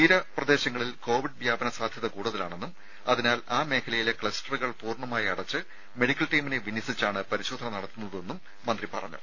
തീരപ്രദേശങ്ങളിൽ കോവിഡ് വ്യാപന സാധ്യത കൂടുതലാണെന്നും അതിനാൽ ആ മേഖലയിലെ ക്ലസ്റ്ററുകൾ പൂർണ്ണമായി അടച്ച് മെഡിക്കൽ ടീമിനെ വിന്യസിച്ചാണ് പരിശോധന നടത്തുന്നതെന്ന് മന്ത്രി പറഞ്ഞു